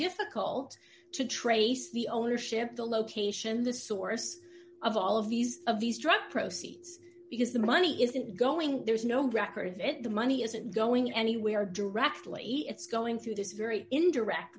difficult to trace the ownership of the location the source of all of these of these drug proceeds because the money isn't going there's no record of it the money isn't going anywhere directly it's going through this very indirect